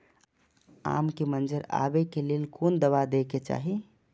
आम के मंजर आबे के लेल कोन दवा दे के चाही?